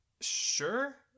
Sure